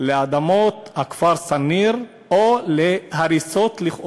לאדמות הכפר סנור, או להריסות, לכאורה,